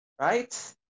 right